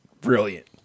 brilliant